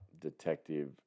Detective